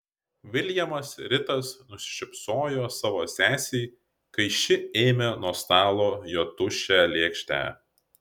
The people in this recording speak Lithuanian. viljamas ritas nusišypsojo savo sesei kai ši ėmė nuo stalo jo tuščią lėkštę